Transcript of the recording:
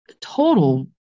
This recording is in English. total